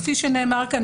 כפי שנאמר כאן,